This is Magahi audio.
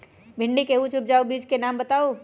भिंडी के उच्च उपजाऊ बीज के नाम बताऊ?